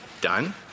done